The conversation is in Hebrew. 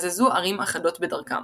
ובזזו ערים אחדות בדרכם.